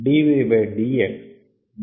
dv d x dv d y